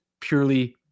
purely